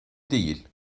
değil